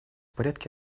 порядке